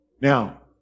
Now